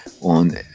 on